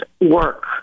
work